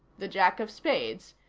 the jack of spades.